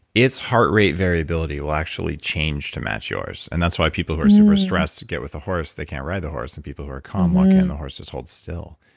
its heart rate variability will actually change to match yours. and that's why people who are super stressed get with a horse, they can't ride the horse. and people who are calm walking in, the horse just holds still.